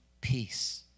peace